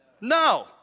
No